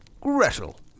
Gretel